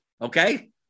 okay